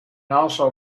also